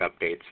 updates